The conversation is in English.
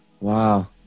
wow